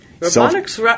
Robotics